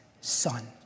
son